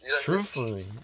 Truthfully